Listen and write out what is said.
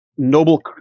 noble